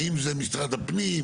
האם זה משרד הפנים?